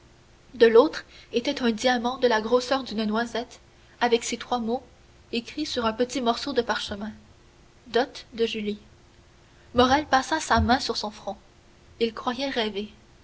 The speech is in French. de l'autre était un diamant de la grosseur d'une noisette avec ces trois mots écrits sur un petit morceau de parchemin dot de julie morrel passa sa main sur son front il croyait rêver